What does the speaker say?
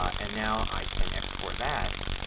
and now i can export that,